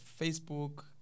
Facebook